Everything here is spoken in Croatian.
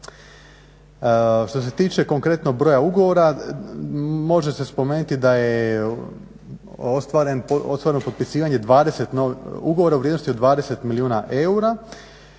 Što se tiče konkretnog broja ugovora može se spomenuti da je ostvareno potpisivanje ugovora u vrijednosti od 20 milijuna eura,